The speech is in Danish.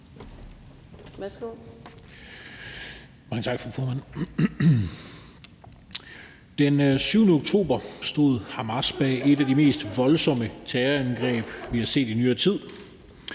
Den 7. oktober stod Hamas bag et af de mest voldsomme terrorangreb, vi har set i nyere tid.